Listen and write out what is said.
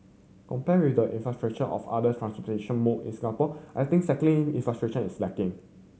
compared with the infrastructure of other transportation mode in Singapore I think cycling infiltration is lacking